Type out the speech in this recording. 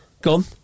gone